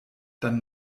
dann